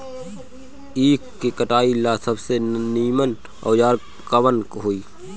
ईख के कटाई ला सबसे नीमन औजार कवन होई?